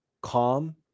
calm